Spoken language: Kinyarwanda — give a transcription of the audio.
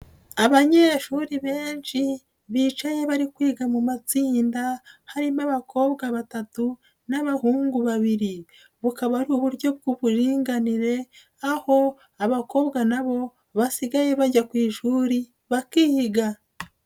Abanyeshuri benshi bicaye bari kwiga mu matsinda, harimo abakobwa batatu n'abahungu babiri, bukaba ari uburyo bw'uburinganire, aho abakobwa nabo basigaye bajya ku ishuri bakiga.